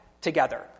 together